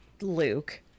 Luke